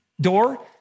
door